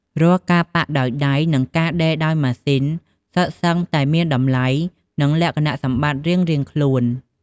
រាល់ការប៉ាក់ដោយដៃ និងការដេរដោយម៉ាស៊ីនសុទ្ធសឹងតែមានតម្លៃ និងលក្ខណៈសម្បត្តិរៀងៗខ្លួន។